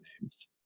names